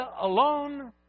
alone